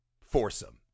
foursome